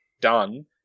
done